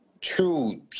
true